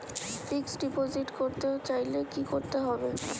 Fixed deposit করতে চাইলে কি করতে হবে?